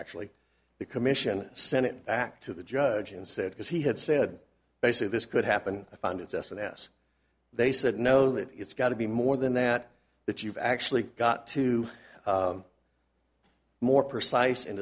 actually the commission send it back to the judge and said because he had said basically this could happen i found it's s and s they said no that it's got to be more than that that you've actually got to more precise